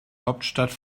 hauptstadt